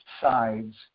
sides